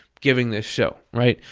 giving this show. right?